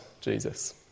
Jesus